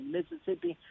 Mississippi